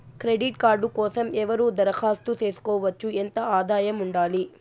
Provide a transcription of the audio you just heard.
Credit card కోసం ఎవరు దరఖాస్తు చేసుకోవచ్చు? ఎంత ఆదాయం ఉండాలి?